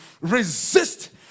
resist